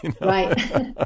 Right